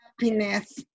Happiness